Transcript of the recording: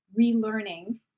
relearning